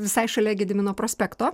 visai šalia gedimino prospekto